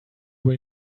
will